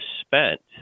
spent